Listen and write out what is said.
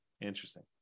Interesting